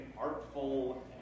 artful